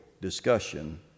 discussion